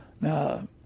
Now